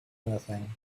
anything